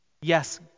Yes